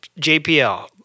JPL